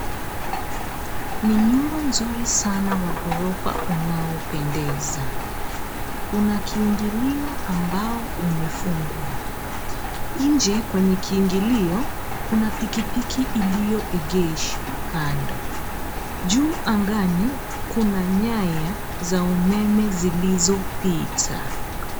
Ni nyumba nzuri sana wa ghorofa unaopendeza, una kiingilio ambao ume fungwa. Nje kwenye kiingilio kuna pikipiki ilioegeshwa kando. Juu angani kuna nyaya za umeme zilizo pita.